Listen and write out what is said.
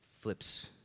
flips